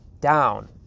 down